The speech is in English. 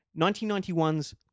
1991's